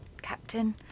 captain